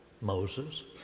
Moses